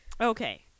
Okay